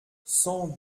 cent